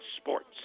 Sports